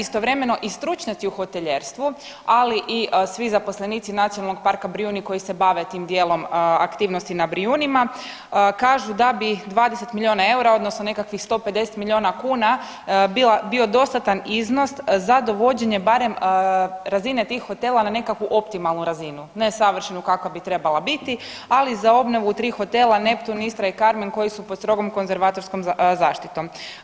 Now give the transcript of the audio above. Istovremeno i stručnjaci u hotelijerstvu, ali i svi zaposlenici NP Brijuni koji se bave tim dijelom aktivnostima na Brijunima kažu da bi 20 milijuna eura, odnosno nekakvih 150 milijuna kuna bio dostatan iznos za dovođenje barem razine tih hotela na nekakvu optimalnu razinu, ne savršenu kakva bi trebala biti, ali za obnovu 3 hotela, Neptun, Istra i Karmen koji su pod strogom konzervatorskom zaštitom.